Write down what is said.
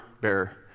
bearer